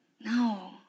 No